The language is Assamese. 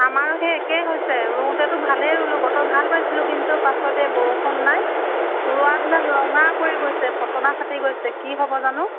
আমাৰো সেই একেই হৈছে ৰুওঁতেতো ভালেই ৰুলোঁ বতৰ ভাল পাইছিলোঁ কিন্তু পাছত এই বৰষুণ নাই ৰোৱাবিলাক ৰঙা পৰি গৈছে ফটনা ফাটি গৈছে কি হ'ব জানো